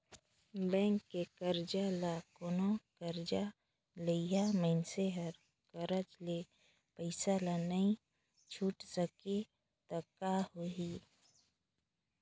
bank के करजा ल कोनो करजा लेहइया मइनसे हर करज ले पइसा ल नइ छुटे सकें त का होही